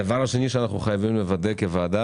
הדבר השני שאנחנו חייבים לוודא כוועדה